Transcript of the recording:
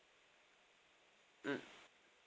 mm